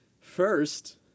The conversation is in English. First